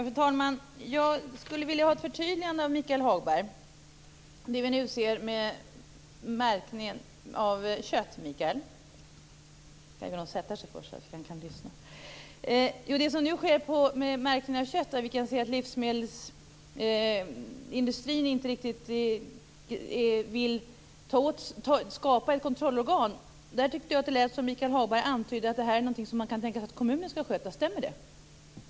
Fru talman! Jag skulle vilja ha ett förtydligande av Michael Hagberg när det gäller märkning av kött. Livsmedelsindustrin vill inte riktigt skapa något kontrollorgan. Det lät som att Michael Hagberg antydde att kommunerna skall sköta detta. Stämmer det?